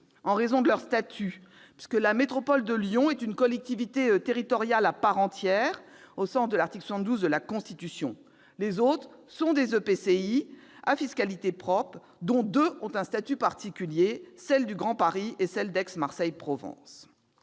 -, de leur statut, puisque la métropole de Lyon est une collectivité territoriale à part entière au sens de l'article 72 de la Constitution, tandis que les autres sont des EPCI à fiscalité propre, dont deux à statut particulier, la métropole du Grand Paris et celle d'Aix-Marseille Provence.